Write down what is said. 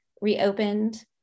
reopened